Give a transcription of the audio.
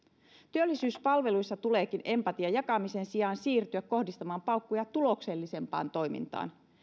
työllisyyspalveluissa tuleekin empatian jakamisen sijaan siirtyä kohdistamaan paukkuja tuloksellisempaan toimintaan